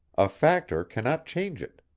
a factor cannot change it.